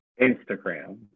Instagram